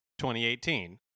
2018